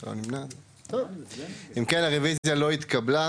הצבעה הרוויזיה לא התקבלה.